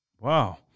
Wow